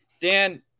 Dan